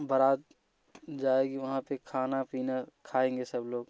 बारात जाएगी वहाँ पर खाना पीना खाएँगे सब लोग